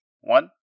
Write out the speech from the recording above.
one